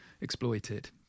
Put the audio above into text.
exploited